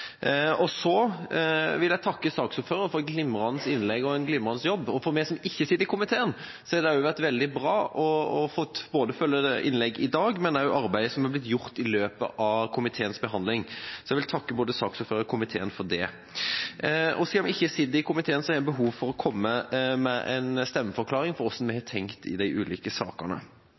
hatt. Så vil jeg takke saksordføreren for et glimrende innlegg og en glimrende jobb. For oss som ikke sitter i komiteen, har det vært veldig bra å få følge både innleggene i dag og det arbeidet som er blitt gjort i løpet av komiteens behandling. Jeg vil takke både saksordføreren og komiteen for det. Siden vi ikke sitter i komiteen, har jeg behov for å komme med en stemmeforklaring på hvordan vi har tenkt i de ulike sakene.